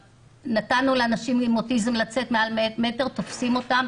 נתנו לאנשים אם אוטיזם לצאת בלי מסכה מעל מטר ותופסים אותם,